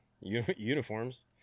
uniforms